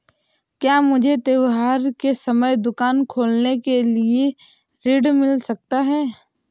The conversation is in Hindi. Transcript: क्या मुझे त्योहार के समय दुकान खोलने के लिए ऋण मिल सकता है?